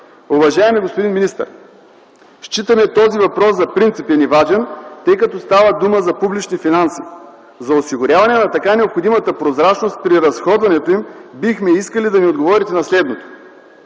Уважаеми господин министър, считаме този въпрос за принципен и важен, тъй като става дума за публични финанси. За осигуряване на така необходимата прозрачност при разходването им бихме искали да ни отговорите на следното: